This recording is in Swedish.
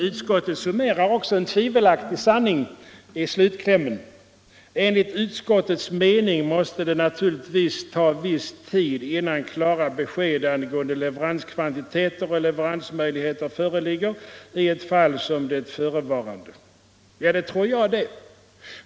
Utskottet summerar en tvivelaktig sanning i slutklämmen, där det står: ”Enligt utskottets mening måste det naturligen ta viss tid innan klara besked angående leveranskvantiteter och leveransmöjligheter föreligger i ett fall som det förevarande.” Ja, det tror jag det.